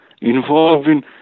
involving